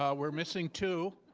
um we're missing two.